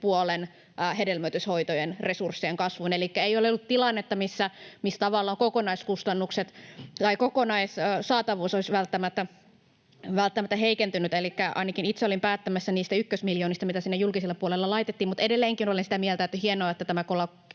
puolen hedelmöityshoitojen resurssien kasvuun. Elikkä ei ole ollut tilannetta, missä kokonaissaatavuus olisi välttämättä heikentynyt, ja ainakin itse olin päättämässä niistä ykkösmiljoonista, mitä sinne julkiselle puolelle laitettiin. Mutta edelleenkin olen sitä mieltä, että on hienoa, että tätä